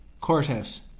Courthouse